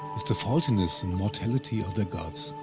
is the faultiness and mortality of their gods.